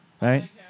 right